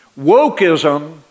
Wokeism